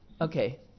Okay